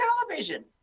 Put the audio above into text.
television